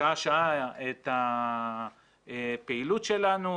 שעה-שעה את הפעילות שלנו: